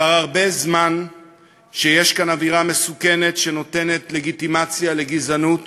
כבר הרבה זמן יש כאן אווירה מסוכנת שנותנת לגיטימציה לגזענות,